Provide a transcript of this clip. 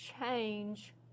change